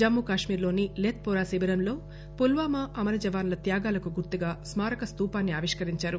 జమ్మూ కశ్మీర్ లోని లెత్ పోరా శిబిరంలో పుల్వామా అమర జవాన్ల త్యాగాలకు గుర్తుగా స్మారక స్తూపాన్ని ఆవిష్కరించారు